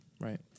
Right